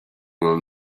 will